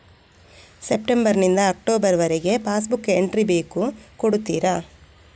September ನಿಂದ October ವರಗೆ pass book entry ಬೇಕು ಕೊಡುತ್ತೀರಾ?